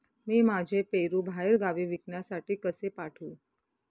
मी माझे पेरू बाहेरगावी विकण्यासाठी कसे पाठवू?